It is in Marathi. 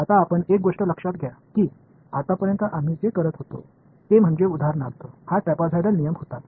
आता आपण एक गोष्ट लक्षात घ्या की आतापर्यंत आम्ही जे करीत होतो ते म्हणजे उदाहरणार्थ हा ट्रॅपेझॉइडल नियम होता